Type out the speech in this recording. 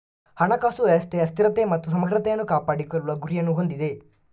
ಹಣಕಾಸು ವ್ಯವಸ್ಥೆಯ ಸ್ಥಿರತೆ ಮತ್ತು ಸಮಗ್ರತೆಯನ್ನು ಕಾಪಾಡಿಕೊಳ್ಳುವ ಗುರಿಯನ್ನು ಹೊಂದಿದೆ